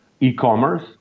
e-commerce